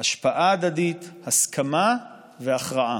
השפעה הדדית, הסכמה והכרעה.